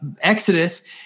Exodus